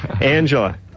Angela